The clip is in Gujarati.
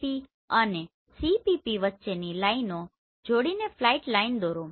PP અને CPP વચ્ચેની લાઇનો જોડીને ફ્લાઇટ લાઇન દોરો